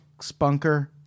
spunker